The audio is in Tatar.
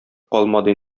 калмады